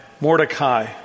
Mordecai